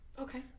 Okay